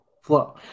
Flow